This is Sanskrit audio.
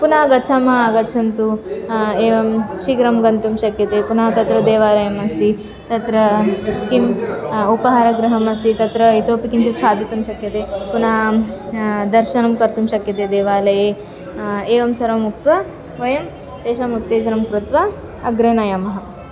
पुनः गच्छामः आगच्छन्तु एवं शीघ्रं गन्तुं शक्यते पुनः तत्र देवालयमस्ति तत्र किम् उपहारगृहमस्ति तत्र इतोऽपि किञ्चित् खादितुं शक्यते पुनः दर्शनं कर्तुं शक्यते देवालये एवं सर्वम् उक्त्वा वयं तेषाम् उत्तेजनं कृत्वा अग्रे नयामः